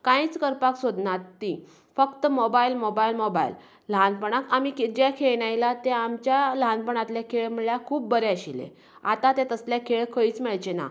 कांयच करपाक सोदनांत तीं फक्त मोबायल मोबायल मोबायल ल्हानपणांत आमी जे खेळन आयलात तें आमच्या ल्हानपणातलें गेम म्हळ्यार खूब बरें आशिल्ले आता तें तसले खेळ खंयच मेळचेनात